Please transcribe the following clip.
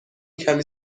کمی